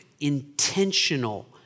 intentional